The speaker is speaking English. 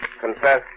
Confess